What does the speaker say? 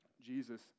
jesus